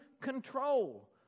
control